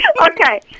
Okay